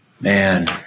Man